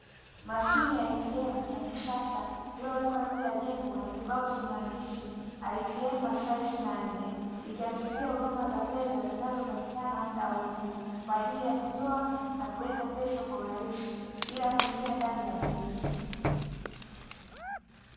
Mahine ya "ATM" ya kisasa iliyowekwa nje ya jengo na kibao chenye maandishi "ATM" masaa 24, ikiashiria huduma za fedha zinazo patikana muda wote, kwaajili ya kutoa na kuweka pesa kwa urahisi bila kuingia ndani ya Benki.